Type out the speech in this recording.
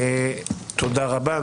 תודה רבה.